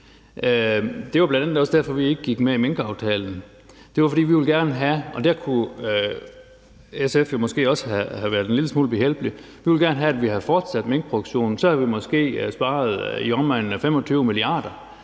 Det var bl.a. også derfor, at vi ikke gik med i minkaftalen, for vi ville gerne have – og der kunne SF måske have været lidt behjælpelig – at vi havde fortsat minkproduktionen. Så havde vi måske sparet i omegnen af 25 mia. kr.